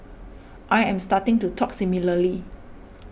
I am starting to talk similarly